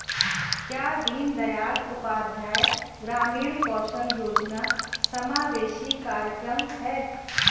क्या दीनदयाल उपाध्याय ग्रामीण कौशल योजना समावेशी कार्यक्रम है?